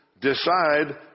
decide